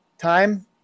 Time